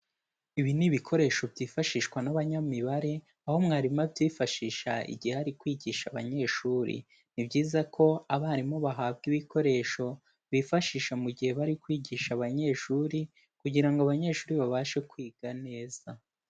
Ibi ni ibikoresho byifashishwa n'abanyamibare aho mwarimu abyifashisha igihe ari kwigisha abanyeshuri. Ni byiza ko abarimu bahabwa ibikoresho bifashisha mu gihe bari kwigisha abanyeshuri kugira ngo abanyeshuri babashe kwiga neza.